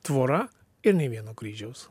tvora ir nei vieno kryžiaus